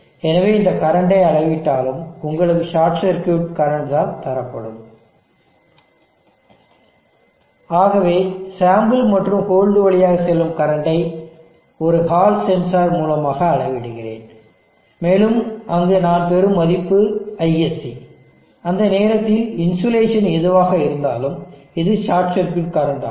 எனவே எந்த கரண்டை அளவிட்டாலும் உங்களுக்கு ஷார்ட் சர்க்யூட் கரண்ட் தான் தரப்படும் ஆகவேசாம்பிள் மற்றும் ஹோல்டு வழியாக செல்லும் கரண்டை ஒரு ஹால் சென்சார் மூலமாக அளவிடுகிறேன் மேலும் அங்கு நான் பெறும் மதிப்பு ISC அந்த நேரத்தில் இன்சுலேஷன் எதுவாக இருந்தாலும் இது ஷார்ட் சர்க்யூட் கரண்ட் ஆகும்